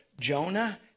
Jonah